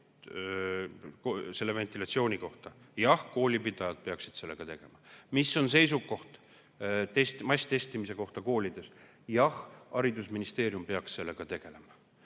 seisukoht ventilatsiooni kohta. Jah, koolipidajad peaksid sellega tegelema. Mis on seisukoht masstestimise kohta koolides? Jah, haridusministeerium peaks sellega tegelema.